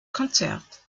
konzert